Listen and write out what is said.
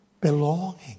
Belonging